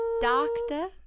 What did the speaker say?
doctor